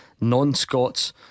Non-Scots